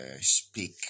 speak